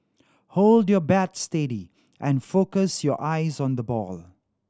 hold your bat steady and focus your eyes on the ball